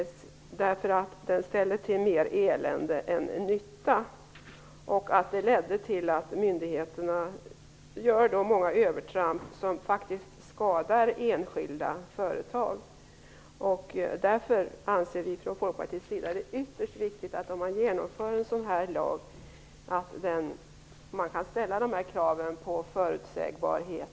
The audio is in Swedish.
Den ställde till mer elände än den gjorde nytta. Den ledde till att myndigheterna gjorde många övertramp som faktiskt skadar enskilda företag. Därför anser vi från Folkpartiets sida att det är ytterst viktigt att man, om man genomför en sådan här lag, kan ställa dessa krav på förutsägbarhet.